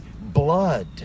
blood